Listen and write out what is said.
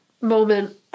moment